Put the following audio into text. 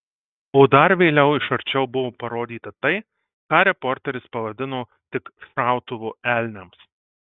o dar vėliau iš arčiau buvo parodyta tai ką reporteris pavadino tik šautuvu elniams